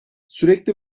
sürekli